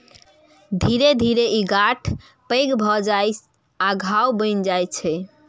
धीरे धीरे ई गांठ पैघ भए जाइ आ घाव बनि जाइ छै